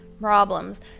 problems